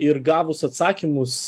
ir gavus atsakymus